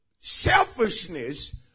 selfishness